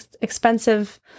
expensive